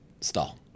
Stall